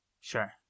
Sure